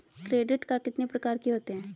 Credit card कितने प्रकार के होते हैं?